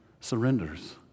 surrenders